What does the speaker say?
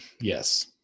Yes